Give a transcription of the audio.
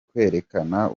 kwerekana